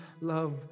love